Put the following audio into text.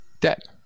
debt